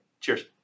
Cheers